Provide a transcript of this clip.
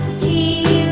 t